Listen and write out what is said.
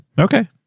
Okay